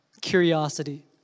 curiosity